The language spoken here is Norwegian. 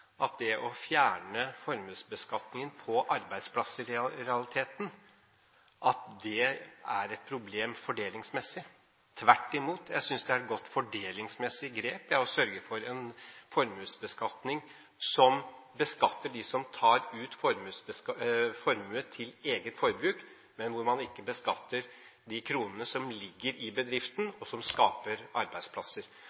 at det å fjerne formuesbeskatningen på arbeidsplasser i realiteten er et problem fordelingsmessig. Tvert imot, jeg synes det er et godt fordelingsmessig grep å sørge for en formuesbeskatning som beskatter dem som tar ut formue til eget forbruk, men ikke beskatter de kronene som ligger i bedriften,